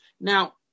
Now